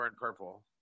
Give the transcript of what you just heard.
purple